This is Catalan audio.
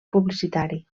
publicitari